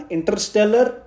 Interstellar